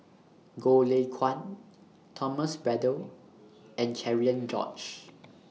Goh Lay Kuan Thomas Braddell and Cherian George